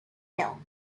hill